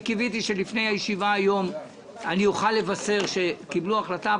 קיוויתי שלפני הישיבה היום אני אוכל לבשר שקיבלו החלטה,